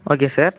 okay sir